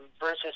versus